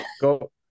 Go